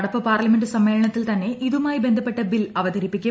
നടപ്പ് പാർലമെന്റ് സമ്മേളനത്തിൽ തന്നെ ഇതുമായി ബന്ധപ്പെട്ട ബിൽ അവതരിപ്പിക്കും